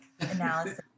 analysis